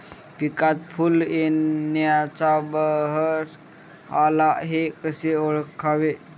पिकात फूल येण्याचा बहर आला हे कसे ओळखावे?